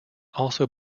also